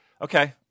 Okay